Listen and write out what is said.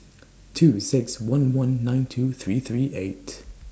two six one one nine two three three eight